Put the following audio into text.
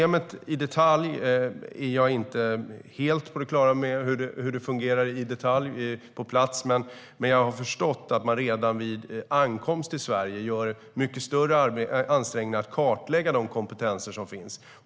Jag är inte helt på det klara med hur systemet fungerar i detalj, men jag har förstått att man redan vid ankomst till Sverige gör stora ansträngningar för att kartlägga de kompetenser som finns.